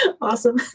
Awesome